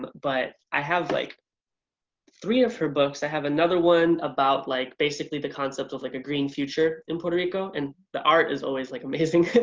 but i have like three of her books. i have another one about like basically the concept of like a green future in puerto rico and the art is always like amazing.